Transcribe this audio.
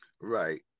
Right